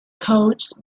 coached